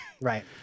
Right